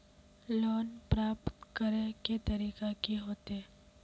Loan प्राप्त करे के तरीका की होते?